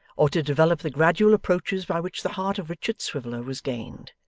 or to develope the gradual approaches by which the heart of richard swiveller was gained.